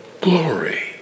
glory